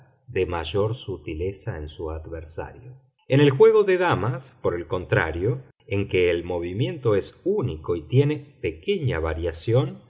de mayor sutileza en su adversario en el juego de damas por el contrario en que el movimiento es único y tiene pequeña variación